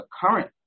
current